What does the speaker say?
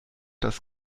das